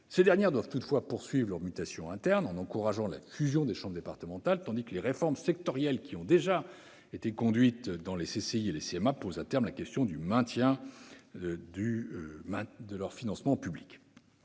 Ces dernières doivent poursuivre leurs mutations internes en encourageant la fusion des chambres départementales, tandis que les réformes sectorielles déjà conduites pour les CCI et les CMA posent, à terme, la question du maintien de leur financement public.